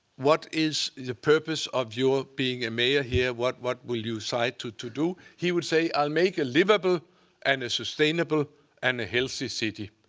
what is the purpose of your being a mayor here? what what will you cite to to do? he would say, i'll make a livable and a sustainable and healthy city.